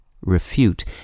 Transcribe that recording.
refute